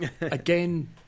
Again